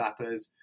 slappers